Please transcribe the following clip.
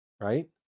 Right